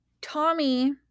Tommy